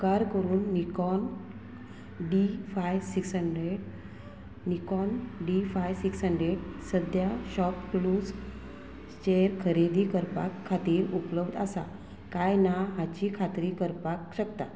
उपकार करून Nikon D five six hundred Nikon D five six hundred सद्या शॉपक्लूजचेर खरेदी करपा खातीर उपलब्ध आसा काय ना हाची खात्री करपाक शकता